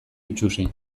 itsusi